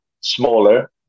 smaller